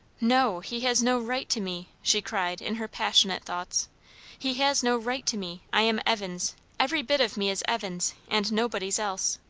no, he has no right to me! she cried in her passionate thoughts he has no right to me! i am evan's every bit of me is evan's, and nobody's else.